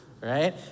right